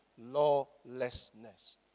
lawlessness